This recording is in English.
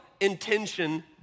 intention